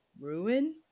ruin